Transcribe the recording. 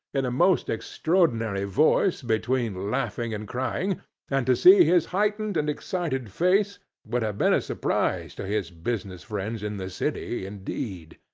in a most extraordinary voice between laughing and crying and to see his heightened and excited face would have been a surprise to his business friends in the city, indeed.